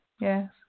Yes